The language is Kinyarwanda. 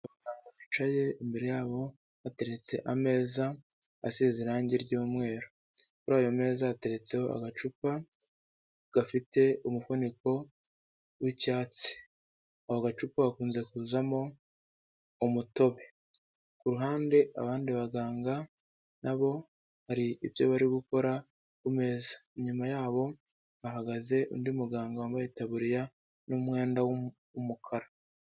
Abantu bicaye imbere yabo hateretse ameza asize irangi ry'umweru. Kuri ayo meza hateretseho agacupa gafite umufuniko w'icyatsi. Ako gacupa gakunze kuzamo umutobe. Ku ruhande abandi baganga na bo hari ibyo bari gukora ku meza. Inyuma yabo hahagaze undi muganga wambaye itaburiya n'umwenda w'umukara.